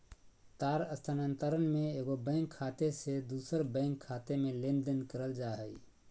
तार स्थानांतरण में एगो बैंक खाते से दूसर बैंक खाते में लेनदेन करल जा हइ